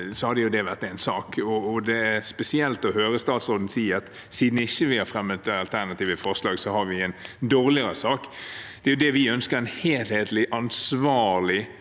nå, hadde det vært en sak. Det er spesielt å høre statsråden si at siden vi ikke har fremmet alternative forslag, har vi en dårligere sak. Vi ønsker en helhetlig, ansvarlig